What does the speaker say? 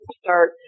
start